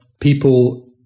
people